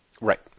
Right